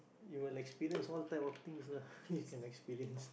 you will experience all type of things lah you can experience